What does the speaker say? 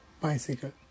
bicycle